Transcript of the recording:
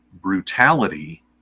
brutality